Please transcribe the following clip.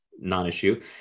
non-issue